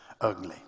ugly